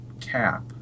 cap